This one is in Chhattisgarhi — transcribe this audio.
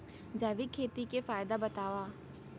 जैविक खेती के फायदा बतावा?